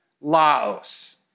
Laos